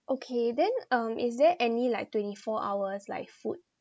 okay then um is there any like twenty four hours like food